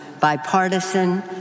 bipartisan